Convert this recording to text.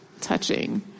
touching